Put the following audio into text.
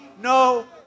no